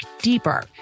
deeper